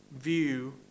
view